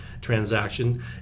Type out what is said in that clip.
transaction